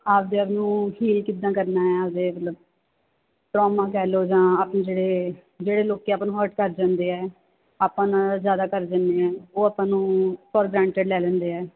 ਆਪਦੇ ਆਪ ਨੂੰ ਹੀਲ ਕਿੱਦਾਂ ਕਰਨਾ ਆ ਆਪਦੇ ਮਤਲਬ ਟਰੋਮਾ ਕਹਿ ਲਉ ਜਾਂ ਆਪਣੇ ਜਿਹੜੇ ਜਿਹੜੇ ਲੋਕ ਆਪਾਂ ਨੂੰ ਹਰਟ ਕਰ ਜਾਂਦੇ ਆ ਆਪਾਂ ਨਾਲ ਜ਼ਿਆਦਾ ਕਰ ਜਾਂਦੇ ਆ ਉਹ ਆਪਾਂ ਨੂੰ ਫੋਰ ਗਰਾਂਟਡ ਲੈ ਲੈਂਦੇ ਆ